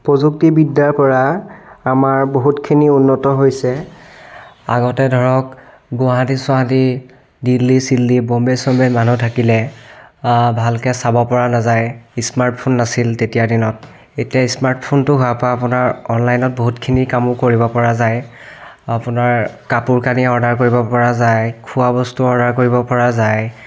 প্ৰযুক্তিবিদ্যাৰ পৰা আমাৰ বহুতখিনি উন্নত হৈছে আগতে ধৰক গুৱাহাটী ছুৱাহাটী দিল্লী ছিল্লী বম্বে ছম্বেত মানুহ থাকিলে ভালকৈ চাব পৰা নাযায় স্মাৰ্ট ফোন নাছিল তেতিয়াৰ দিনত এতিয়া স্মাৰ্ট ফোনটো হোৱা পা আপোনাৰ অনলাইনত বহুতখিনি কামও কৰিব পৰা যায় আপোনাৰ কাপোৰ কানি অৰ্ডাৰ কৰিব পৰা যায় খোৱা বস্তু অৰ্ডাৰ কৰিব পৰা যায়